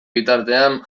bitartean